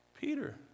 Peter